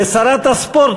ושרת הספורט,